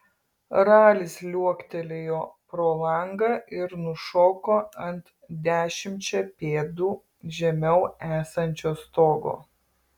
ralis liuoktelėjo pro langą ir nušoko ant dešimčia pėdų žemiau esančio stogo